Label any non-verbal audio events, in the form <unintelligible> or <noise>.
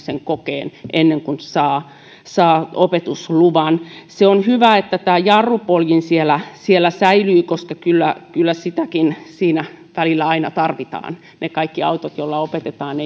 <unintelligible> sen kokeen ennen kuin saa saa opetusluvan se on hyvä että tämä jarrupoljin siellä siellä säilyy koska kyllä kyllä sitäkin siinä aina välillä tarvitaan kaikki autot joilla opetetaan <unintelligible>